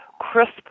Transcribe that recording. CRISP